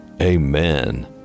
Amen